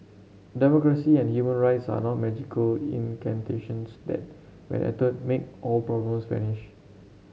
democracy and human rights are not magical incantations that when uttered make all problems vanish